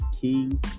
King